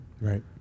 Right